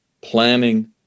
planning